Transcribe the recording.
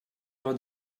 vingt